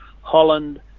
Holland